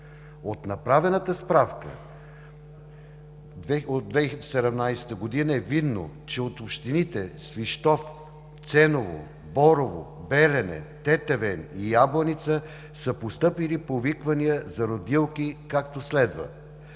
От направената справка от 2017 г. е видно, че от общините Свищов, Ценово, Борово, Белене, Тетевен и Ябланица са постъпили повиквания за родилки както следва: